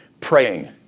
praying